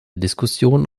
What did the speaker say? diskussion